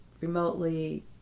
remotely